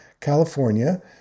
California